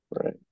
Right